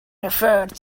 referred